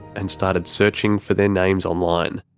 and started searching for their names online.